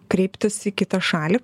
kreiptis į kitą šalį